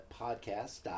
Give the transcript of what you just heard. podcast